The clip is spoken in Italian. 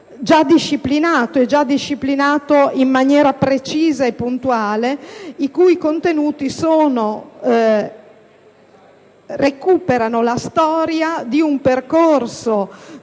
peraltro già disciplinato in maniera precisa e puntuale, i cui contenuti recuperano la storia di un percorso